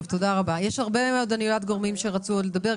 יש עוד הרבה גורמים שרצו לדבר.